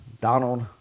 Donald